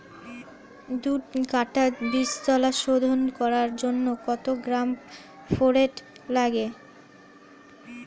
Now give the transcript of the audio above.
দু কাটা বীজতলা শোধন করার জন্য কত গ্রাম ফোরেট লাগে?